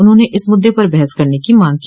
उन्होंने इस मुद्दे पर बहस करने की मांग की